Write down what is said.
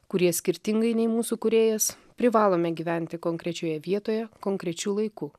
kurie skirtingai nei mūsų kūrėjas privalome gyventi konkrečioje vietoje konkrečiu laiku